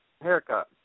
haircut